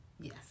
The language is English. yes